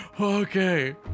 Okay